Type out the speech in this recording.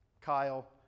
Kyle